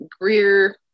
Greer